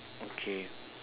okay